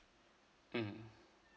hmm